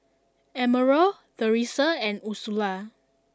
Emerald Teressa and Ursula